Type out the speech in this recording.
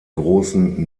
großen